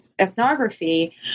ethnography